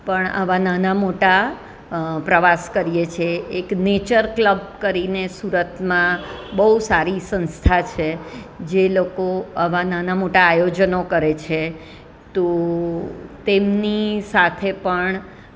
પણ આવા નાના મોટા પ્રવાસ કરીએ છે એક નેચર ક્લબ કરીને સુરતમાં બહુ સારી સંસ્થા છે જે લોકો આવા નાના મોટા આયોજનો કરે છે તો તેમની સાથે પણ